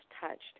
touched